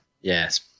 Yes